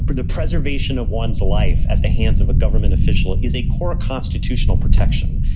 the preservation of one's life at the hands of a government official is a core constitutional protection.